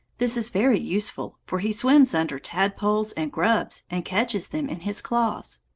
this is very useful, for he swims under tadpoles and grubs, and catches them in his claws.